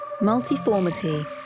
Multiformity